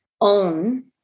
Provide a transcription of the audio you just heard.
own